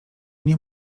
nie